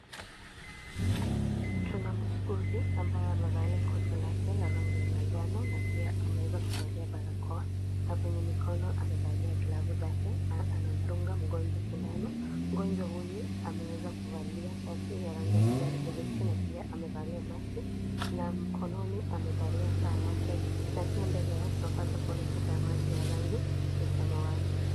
Tuna muuguzi ambaye amevalia koti lake la rangi ya manjano na pia ameweza kuvalia barakoa na kwenye mikono amevalia glavu zake na anamdunga mgonjwa sindano, mgonjwa huyu ameweza kuvalia shati ya rangi ya kijani kibichi na pia amevalia maski na mkononi amevalia saa yake na pia mbele tunapata kuona chupa ya maji ya rangi ya samawati.